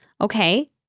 Okay